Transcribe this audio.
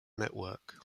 network